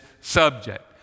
subject